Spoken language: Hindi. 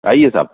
आइये साहब